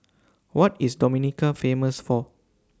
What IS Dominica Famous For